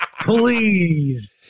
Please